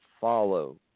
follow